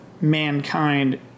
mankind